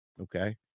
okay